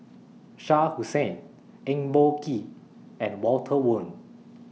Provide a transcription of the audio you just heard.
Shah Hussain Eng Boh Kee and Walter Woon